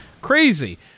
crazy